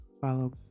Follow